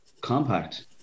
compact